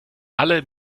alle